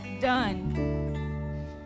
done